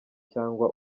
cyangwa